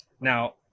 now